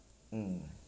mm